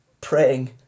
praying